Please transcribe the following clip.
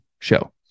show